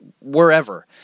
wherever